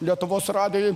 lietuvos radijui